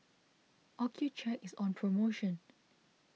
Accucheck is on promotion